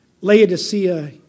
Laodicea